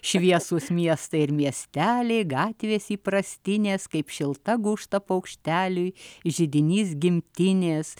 šviesūs miestai ir miesteliai gatvės įprastinės kaip šilta gūžta paukšteliui židinys gimtinės